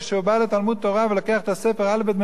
כשהוא בא לתלמוד-תורה ולוקח את ספר האל"ף-בי"ת,